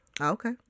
okay